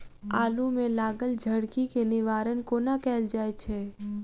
आलु मे लागल झरकी केँ निवारण कोना कैल जाय छै?